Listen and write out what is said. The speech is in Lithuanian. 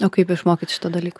o kaip išmokyt šito dalyko